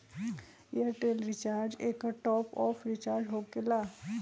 Airtel recharge एकर top off recharge होकेला?